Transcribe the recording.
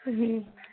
হুম